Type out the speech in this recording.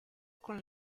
con